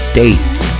dates